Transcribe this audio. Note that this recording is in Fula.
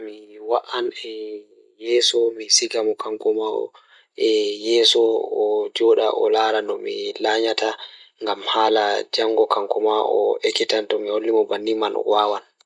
Mi wa'an e yeeso mi siga waɗataa waawi ngoodi fiyaangu e dow baisiklet ngal. Miɗo waawataa soodude baisiklet ngal fiyaangu ngal e goɗɗo, njoɓdi e dow baafiiɗe ngal ndiyam e fiyaangu ngal. Miɗo waawataa njiddaade fiyaangu ngal fiyaangu ngam noone ngal njiddaade njam goɗɗo.